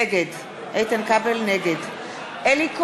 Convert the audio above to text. נגד אלי כהן,